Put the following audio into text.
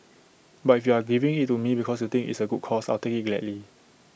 but if you are giving IT to me because you think it's A good cause I'll take IT gladly